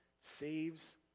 saves